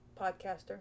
podcaster